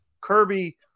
Kirby